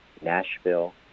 Nashville